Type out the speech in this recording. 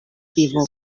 vivo